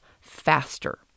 faster